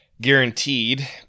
guaranteed